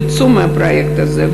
יצאו מהפרויקט הזה.